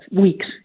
weeks